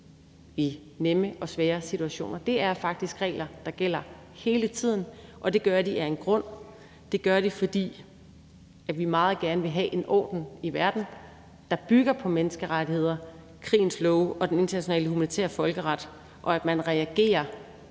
i nemme eller svære situationer. Det er faktisk regler, der gælder hele tiden, og det gør de af en grund. Det gør de, fordi vi meget gerne vil have en orden i verden, der bygger på menneskerettigheder, krigens love og den internationale humanitære folkeret, og at man reagerer